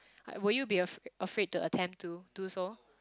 like will you be afraid to attempt to do so